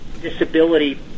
disability